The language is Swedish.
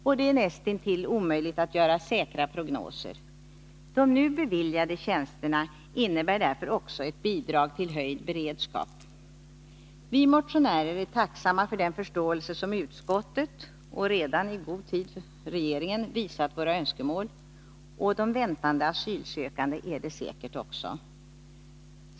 Och det är näst intill omöjligt att göra säkra prognoser. De nu beviljade tjänsterna innebär därför också ett bidrag till höjd beredskap. Vi motionärer är tacksamma för den förståelse som utskottet och, i god tid, regeringen har visat för våra önskemål, och de väntande asylsökande är det säkert också.